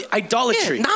idolatry